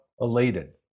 elated